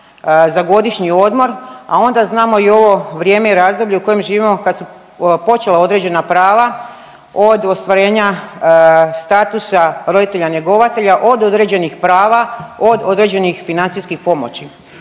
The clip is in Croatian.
za godišnji odmor, a onda znamo i ovo vrijeme i razdoblje u kojem živimo kad su počela određena prava od ostvarenja statusa roditelja njegovatelja od određenih prava, od određenih financijskih pomoći.